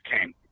came